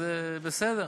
אז בסדר.